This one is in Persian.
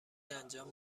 انجام